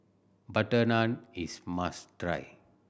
butter naan is must try